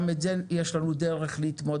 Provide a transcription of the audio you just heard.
גם עם זה יש לנו דרך להתמודד